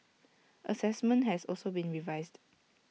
Assessment has also been revised